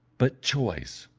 but choice,